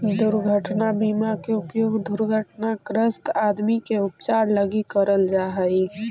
दुर्घटना बीमा के उपयोग दुर्घटनाग्रस्त आदमी के उपचार लगी करल जा हई